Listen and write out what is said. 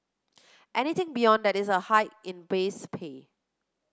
anything beyond that is a hike in base pay